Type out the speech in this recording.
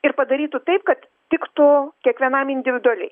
ir padarytų taip kad tiktų kiekvienam individualiai